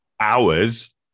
hours